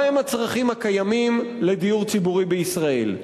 מה הם הצרכים הקיימים לדיור ציבורי בישראל?